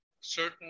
certain